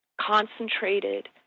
concentrated